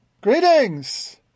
Greetings